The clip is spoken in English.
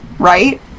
Right